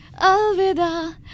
Alvida